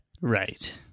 Right